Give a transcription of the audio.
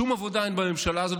שום עבודה אין בממשלה הזאת,